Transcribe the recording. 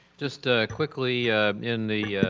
just ah quickly in the